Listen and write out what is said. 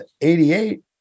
88